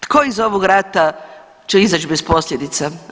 Tko iz ovog rata će izać bez posljedica?